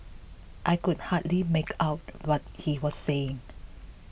I could hardly make out what he was saying